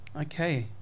Okay